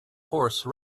horse